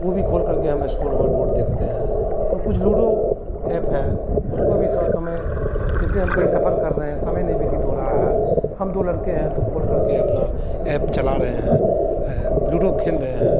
वह भी खोलकर के हम इस्कोर व बोर्ड देखते हैं और कुछ लूडो ऐप है उसको भी सो समय जैसे हम कहीं सफर कर रहे हैं समय नहीं व्यतीत हो रहा है हम दो लड़के हैं तो खोलकर के अपना ऐप चला रहे हैं लूडो खेल रहे हैं